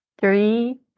three